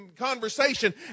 conversation